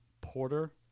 Porter